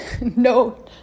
No